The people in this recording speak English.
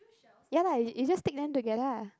ya lah you you just take them together lah